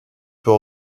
peut